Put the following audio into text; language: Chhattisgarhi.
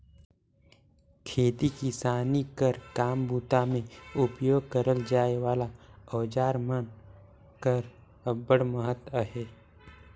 खेती किसानी कर काम बूता मे उपियोग करल जाए वाला अउजार मन कर अब्बड़ महत अहे